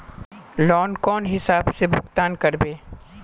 Loan कौन हिसाब से भुगतान करबे?